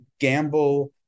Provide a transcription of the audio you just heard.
gamble